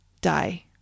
die